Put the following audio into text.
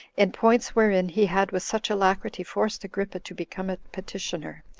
in points wherein he had with such alacrity forced agrippa to become a petitioner,